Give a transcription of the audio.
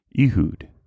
Ehud